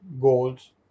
goals